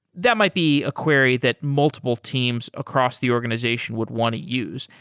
that might be a query that multiple teams across the organization would want to use.